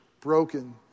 broken